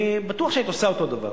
אני בטוח שהיית עושה אותו דבר.